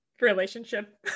relationship